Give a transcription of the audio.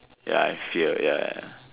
ya I fail ya ya